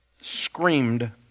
screamed